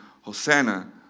Hosanna